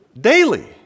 daily